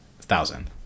thousand